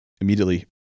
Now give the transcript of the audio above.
immediately